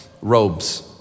robes